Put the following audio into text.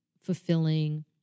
fulfilling